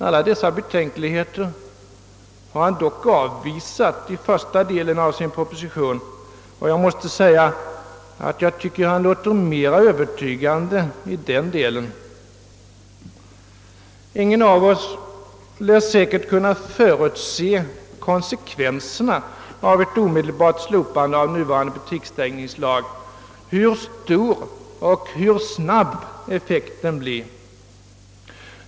Alla dessa betänkligheter har han dock avvisat i första delen av sin proposition, och jag måste säga att jag tycker att han låter mera övertygande i den delen. Ingen av oss lär säkert kunna förutse konsekvenserna av ett omedelbart slopande av nuvarande butiksstängningslag — hur stor och hur snabb effekten blir.